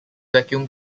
vacuum